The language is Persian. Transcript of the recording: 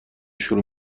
شروع